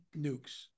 nukes